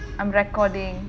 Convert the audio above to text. I'm recording